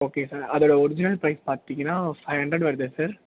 okay sir அதோடய original price பார்த்தீங்கன்னா five hundred வருது சார்